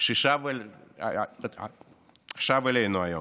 ששב אלינו היום,